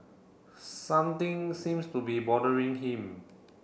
something seems to be bothering him